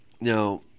Now